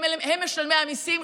הם משלמי המיסים,